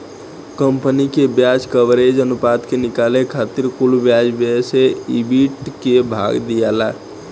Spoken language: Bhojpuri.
कंपनी के ब्याज कवरेज अनुपात के निकाले खातिर कुल ब्याज व्यय से ईबिट के भाग दियाला